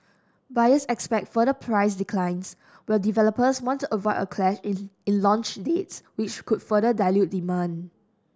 buyers expect further price declines while developers want to avoid a clash in in launch dates which could further dilute demand